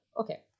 Okay